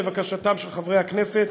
לבקשתם של חברי הכנסת.